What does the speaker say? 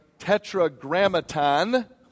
tetragrammaton